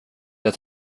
jag